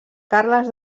carles